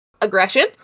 aggression